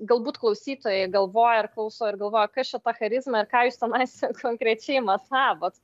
galbūt klausytojai galvoja ar klauso ir galvoja kas čia ta charizma ir ką jūs tenais konkrečiai matavot